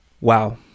Wow